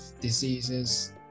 diseases